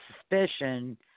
suspicion